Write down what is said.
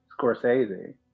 Scorsese